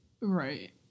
Right